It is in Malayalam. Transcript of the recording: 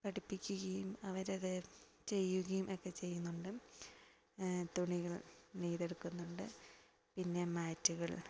പഠിപ്പിക്കുകയും അവരത് ചെയ്യുകയ്യും ഒക്കെ ചെയ്യുന്നുണ്ട് തുണികൾ നെയ്തെടുക്കുന്നുണ്ട് പിന്നെ മാറ്റുകൾ